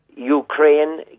Ukraine